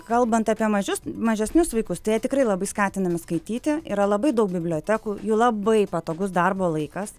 kalbant apie mažius mažesnius vaikus tai tikrai labai skatinami skaityti yra labai daug bibliotekų jų labai patogus darbo laikas